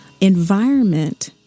Environment